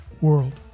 world